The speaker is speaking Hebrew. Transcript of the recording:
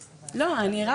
לא, אני רק